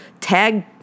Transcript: tag